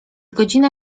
godzina